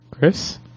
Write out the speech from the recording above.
Chris